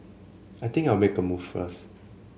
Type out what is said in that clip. I think I'll make a move first